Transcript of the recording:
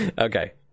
Okay